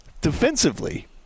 defensively